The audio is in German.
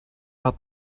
hat